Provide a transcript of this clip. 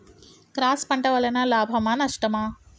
Cross పంట వలన లాభమా నష్టమా?